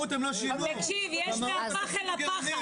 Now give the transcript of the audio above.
תקשיב, יש מהפח אל הפחת.